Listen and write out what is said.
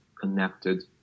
connected